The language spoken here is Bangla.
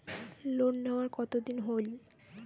লোন নেওয়ার কতদিন হইল?